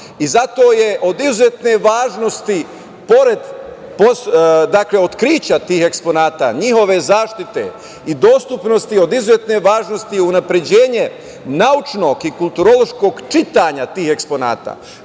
i zato je od izuzetne važnosti, pored otkrića tih eksponata, njihove zaštite i dostupnosti od izuzetne važnosti i unapređenje naučnog i kulturološkog čitanja tih eksponata,